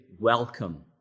Welcome